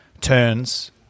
turns